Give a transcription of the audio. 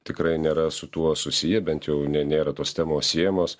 tikrai nėra su tuo susiję bent jau ne nėra tos temos siejamos